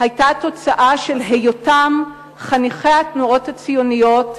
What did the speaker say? היתה תוצאה של היותם חניכי התנועות הציוניות,